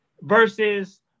Versus